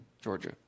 Georgia